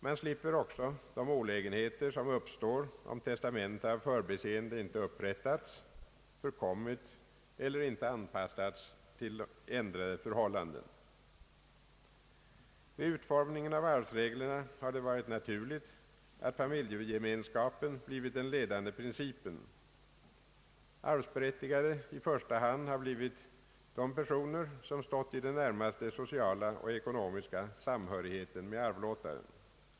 Man slipper också de olägenheter som uppstår, om testamente av förbiseende icke upprättats, förkommit eller inte anpassats efter ändrade förhållanden. Vid utformningen av arvsreglerna har det varit naturligt att familjegemenskapen blivit den ledande principen; arvsberättigade i första hand har blivit de personer som stått i den närmaste sociala och ekonomiska samhörigheten med arvlåtaren.